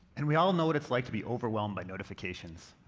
and we all know what it's like to be overwhelmed by notifications.